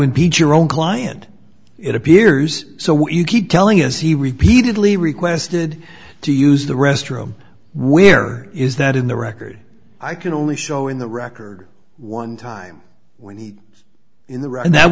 impeach your own client it appears so what you keep telling is he repeatedly requested to use the restroom where is that in the record i can only show in the record one time when he was in the right and that